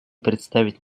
представить